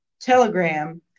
Telegram